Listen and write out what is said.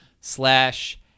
slash